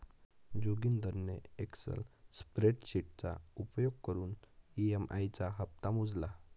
जोगिंदरने एक्सल स्प्रेडशीटचा उपयोग करून ई.एम.आई चा हप्ता मोजला